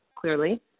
clearly